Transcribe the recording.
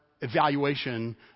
evaluation